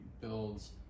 builds